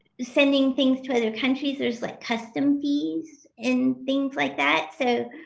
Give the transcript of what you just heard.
sending things to other countries, there's like custom fees and things like that, so